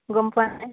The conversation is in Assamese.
গম পোৱা নাই